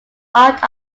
art